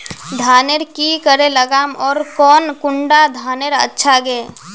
धानेर की करे लगाम ओर कौन कुंडा धानेर अच्छा गे?